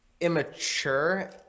immature